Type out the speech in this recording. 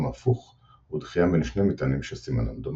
הפוך ודחייה בין שני מטענים שסימנם דומה.